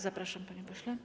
Zapraszam, panie pośle.